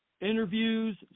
interviews